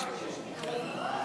שמורות טבע,